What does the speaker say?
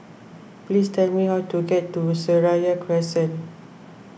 please tell me how to get to Seraya Crescent